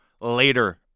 later